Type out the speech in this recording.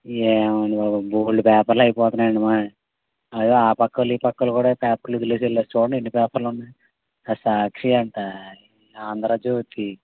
ఏమోనండి బాబు బోల్డు పేపర్లు అయిపోతనాయండి మాయి ఆయ్ అదే పక్కోలు ఈ పక్కోలు కూడా పేపర్లు వదిలేసి వెళ్ళారు చూడండి ఎన్నిపేపర్లు ఉన్నాయో సాక్షి అంటా ఆంధ్రజ్యోతి